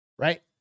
right